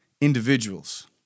individuals